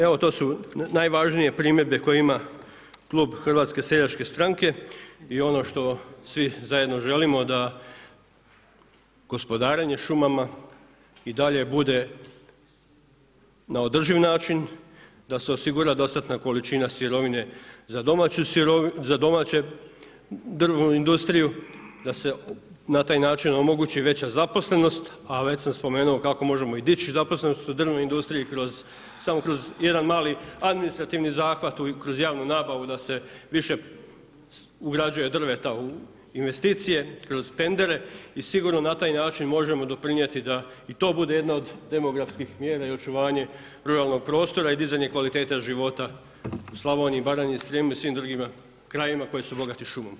Evo, tggo su najvažnije primjedbe koje ima Klub HSS-a i ono što svi zajedno želimo da gospodarenje šumama i dalje bude na održiv način, da se osigura dostatne količina sirovine za domaću drvnu industriju, da se na taj način omogući veća zaposlenost, a već sam spomenuo kako možemo i dići zaposlenost u drvnoj industriji kroz samo kroz jedan mali administrativni zahvat, kroz javnu nabavu da se više ugrađuje drveta u investicije kroz tendere i sigurno na taj način možemo doprinijeti da i to bude jedna od demografskih mjera i očuvanje ruralnog prostora i dizanje kvalitete života u Slavoniji, Baranji, Srijemu i svim drugima krajevima koji su bogati šumom.